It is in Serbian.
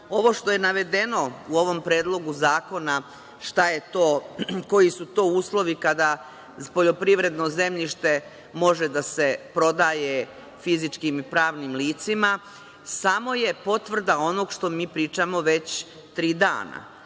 Ovo što je navedeno u ovom Predlogu zakona šta je to, koji su to uslovi kada poljoprivredno zemljište može da se prodaje fizičkim ili pravnim licima, samo je potvrda onoga što mi pričamo već tri dana